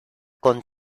con